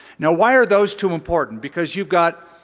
now why are those two important? because you've got